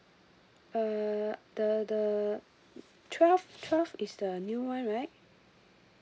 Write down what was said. uh the the twelve twelve is the new one right